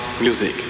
music